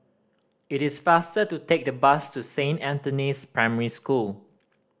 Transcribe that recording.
it is faster to take the bus to Saint Anthony's Primary School